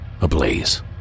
ablaze